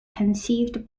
conceived